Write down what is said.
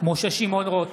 משה שמעון רוט,